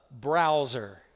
browser